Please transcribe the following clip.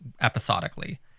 episodically